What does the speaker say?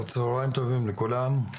צוהריים טובים לכולם,